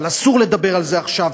אבל אסור לדבר על זה עכשיו.